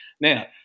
Now